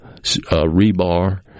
rebar